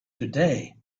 today